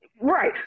Right